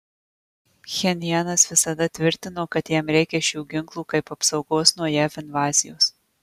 pchenjanas visada tvirtino kad jam reikia šių ginklų kaip apsaugos nuo jav invazijos